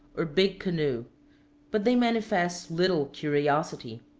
or big canoe but they manifest little curiosity.